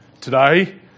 Today